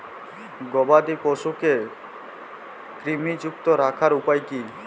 গবাদি পশুকে কৃমিমুক্ত রাখার উপায় কী?